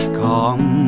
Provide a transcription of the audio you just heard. come